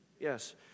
yes